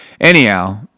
Anyhow